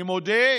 אני מודה,